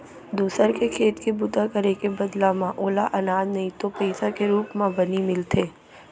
दूसर के खेत के बूता करे के बदला म ओला अनाज नइ तो पइसा के रूप म बनी मिलथे